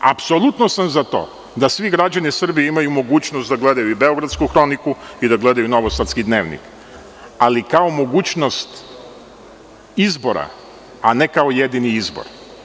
Apsolutno sam za to da svi građani Srbije imaju mogućnost da gledaju i „Beogradsku hroniku“ i da gledaju „Novosadski dnevnik“, ali kao mogućnost izbora, a ne kao jedini izbor.